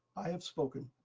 i have spoken.